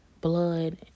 blood